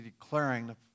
declaring